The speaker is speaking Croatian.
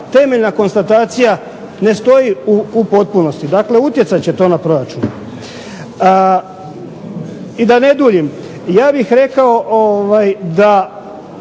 temeljna konstatacija ne stoji u potpunosti. Dakle utjecat će to na proračun. I da ne duljim, ja bih rekao da,